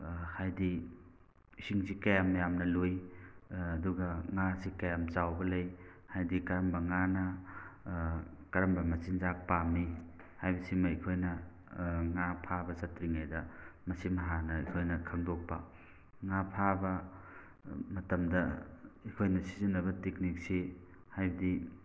ꯍꯥꯏꯕꯗꯤ ꯏꯁꯤꯡꯁꯤ ꯀꯌꯥꯝ ꯌꯥꯝꯅ ꯂꯨꯏ ꯑꯗꯨꯒ ꯉꯥ ꯑꯁꯤ ꯀꯌꯥꯝ ꯆꯥꯎꯕ ꯂꯩ ꯍꯥꯏꯕꯗꯤ ꯀꯔꯝꯕ ꯉꯥꯅ ꯀꯔꯝꯕ ꯃꯆꯤꯟꯖꯥꯛ ꯄꯥꯝꯃꯤ ꯍꯥꯏꯕꯁꯤꯃ ꯑꯩꯈꯣꯏꯅ ꯉꯥ ꯐꯥꯕ ꯆꯠꯇ꯭ꯔꯤꯉꯩꯗ ꯃꯁꯤꯃ ꯍꯥꯟꯅ ꯑꯩꯈꯣꯏꯅ ꯈꯪꯗꯣꯛꯄ ꯉꯥ ꯐꯥꯕ ꯃꯇꯝꯗ ꯑꯩꯈꯣꯏꯅ ꯁꯤꯖꯤꯟꯅꯕ ꯇꯦꯛꯅꯤꯛꯁꯤ ꯍꯥꯏꯕꯗꯤ